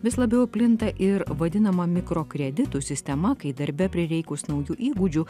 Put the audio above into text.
vis labiau plinta ir vadinama mikrokreditų sistema kai darbe prireikus naujų įgūdžių